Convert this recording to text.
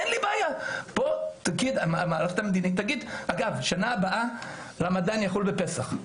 אגב, שנה הבאה רמדאן יחול בפסח.